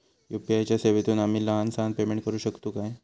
UPI च्या सेवेतून आम्ही लहान सहान पेमेंट करू शकतू काय?